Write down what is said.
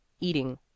eating